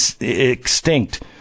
extinct